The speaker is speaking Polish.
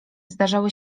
zdarzały